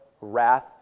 wrath